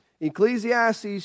Ecclesiastes